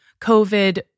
COVID